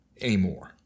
anymore